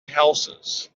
houses